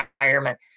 environment